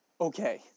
okay